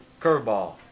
Curveball